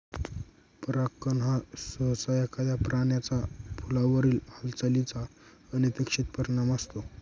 परागकण हा सहसा एखाद्या प्राण्याचा फुलावरील हालचालीचा अनपेक्षित परिणाम असतो